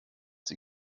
sie